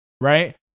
Right